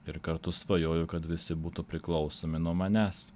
ir kartu svajoju kad visi būtų priklausomi nuo manęs